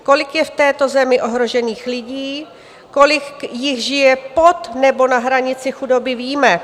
Kolik je v této zemi ohrožených lidí, kolik jich žije pod nebo na hranici chudoby, víme.